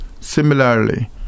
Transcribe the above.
Similarly